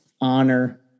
honor